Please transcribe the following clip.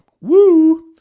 Woo